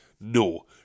No